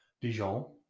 Dijon